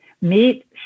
meet